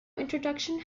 introduction